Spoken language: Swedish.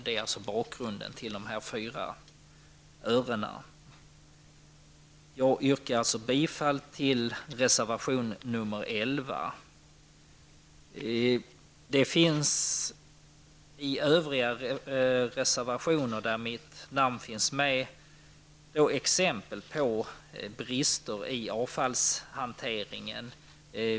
Detta är alltså bakgrunden till de 4 örena. Jag yrkar bifall till reservation 11. I övriga reservationer där mitt namn finns med finns exempel på brister i avfallshanteringen.